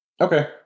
Okay